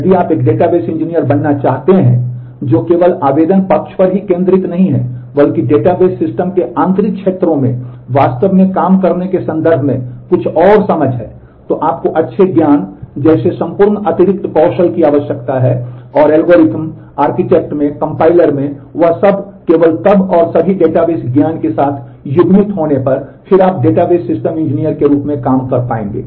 यदि आप एक डेटाबेस इंजीनियर बनना चाहते हैं जो केवल आवेदन पक्ष पर ही केंद्रित नहीं है बल्कि डेटाबेस सिस्टम के आंतरिक क्षेत्रों में वास्तव में काम करने के संदर्भ में कुछ और समझ है तो आपको अच्छे ज्ञान जैसे संपूर्ण अतिरिक्त कौशल की आवश्यकता है और एल्गोरिदम आर्किटेक्ट के रूप में काम कर पाएंगे